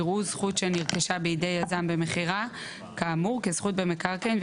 יראו זכות שנרכשה בידי יזם במכירה כאמור כזכות במקרקעין,